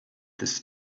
this